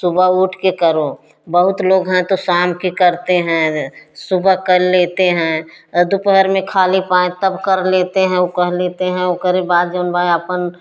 सुबह उठकर करो बहुत लोग हैं तो शाम को करते हैं सुबह कर लेते हैं दोपहर में खाली पाएँ तब कर लेते हैं उ कह लेते हैं ओ करे बाद जोन बा आपन